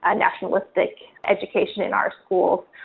ah nationalistic education in our schools,